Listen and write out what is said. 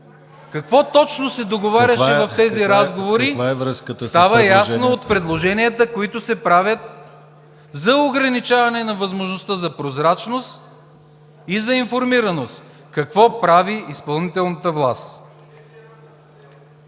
Какво точно се договаряше в тези разговори става ясно от предложенията, които се правят за ограничаване на възможността за прозрачност и за информираност какво прави изпълнителната власт.